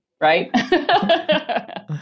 Right